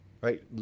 right